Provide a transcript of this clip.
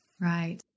Right